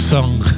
Song